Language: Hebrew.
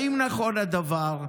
האם נכון הדבר?